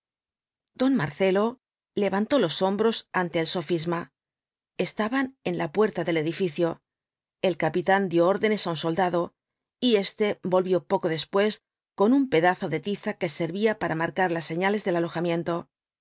don marcelo levantó los hombros ante el sofisma estaban en la puerta del edificio el capitán dio órdenes á un soldado y éste volvió poco después con un pedazo de tiza que servía para marcar las señales de alojamien